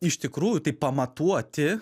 iš tikrųjų tai pamatuoti